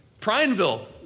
Prineville